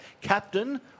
captain